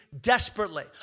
desperately